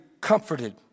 comforted